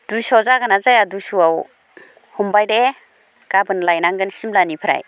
दुइस'आ जागोन ना जाया दुइस'आव हमबाय दे गाबोन लायनांगोन सिमलानिफ्राय